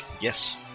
Yes